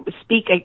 speak